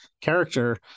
character